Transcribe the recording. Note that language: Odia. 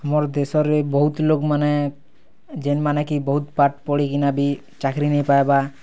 ଆମର ଦେଶରେ ବହୁତ ଲୋକମାନେ ଯେନ୍ମାନେକି ବହୁତ ପାଠ୍ ପଢ଼ିକିନା ବି ଚାକିରୀ ନାଇଁ ପାଇବା